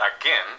again